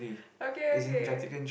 okay okay